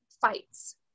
fights